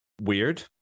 weird